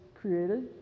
created